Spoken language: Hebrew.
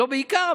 לא בעיקר,